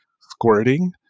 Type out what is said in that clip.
squirting